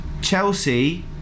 Chelsea